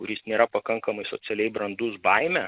kuris nėra pakankamai socialiai brandus baime